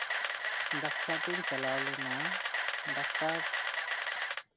doctor ᱴᱷᱮᱱ ᱤᱧ ᱪᱟᱞᱟᱣ ᱞᱮᱱᱟ ᱰᱟᱠᱛᱟᱨ